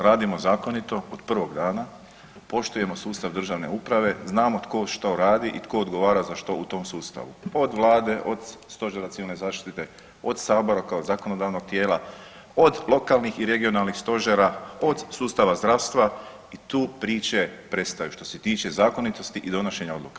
Radimo zakonito od prvog dana, poštujemo sustav državne uprave, znamo tko što radi i tko odgovara za što u tom sustavu, od vlade, od Stožera civilne zaštite, od sabora kao zakonodavnog tijela, od lokalnih i regionalnih stožera, od sustava zdravstva i tu priče prestaju što se tiče zakonitosti i donošenja odluka.